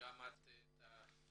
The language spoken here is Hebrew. בשירותי בריאות כללית, בבקשה.